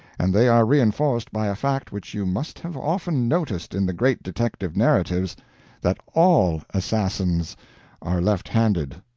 and they are reinforced by a fact which you must have often noticed in the great detective narratives that all assassins are left-handed.